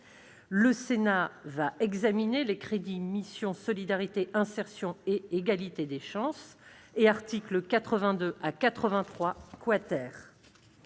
Le Sénat va examiner les crédits de la mission « Solidarité, insertion et égalité des chances » (et articles 82 à 83 ).